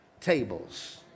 tables